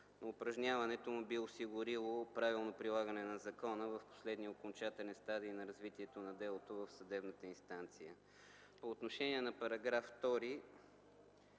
Упражняването му би осигурило правилно прилагане на закона в последния окончателен стадий на развитието на делото в съдебната инстанция. По отношение на § 2